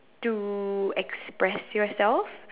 to express yourself